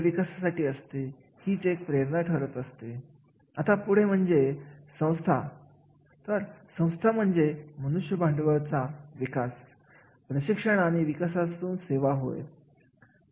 जेव्हा आपण कार्याविषयी बोलत असतो तेव्हा इथे दोन गोष्टी प्रामुख्याने विचारात घ्यायचे असतात त्या म्हणजे संस्थेचा हेतू आणि कार्याचा हेतू